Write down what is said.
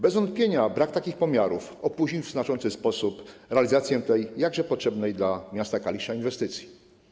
Bez wątpienia brak takich pomiarów opóźnił w znaczący sposób realizację tej jakże potrzebnej dla miasta Kalisza inwestycji.